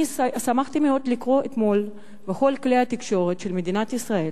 אני שמחתי מאוד לקרוא אתמול בכל כלי התקשורת של מדינת ישראל,